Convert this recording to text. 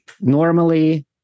normally